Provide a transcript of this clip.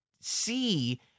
see